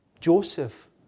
Joseph